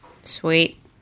Sweet